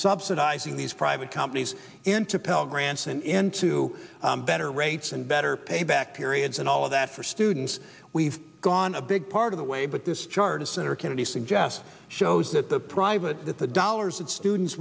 subsidizing these private companies into pell grants and into better rates and better pay back periods and all of that for students we've gone a big part of the way but this chart of senator kennedy suggests shows that the private the dollars that students